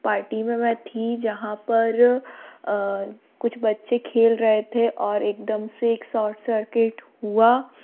party में मैं थी जहाँ पर कुछ बच्चे खेल रहे थे और एक दम से एक सॉर्ट सर्केट हुआ